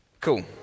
Cool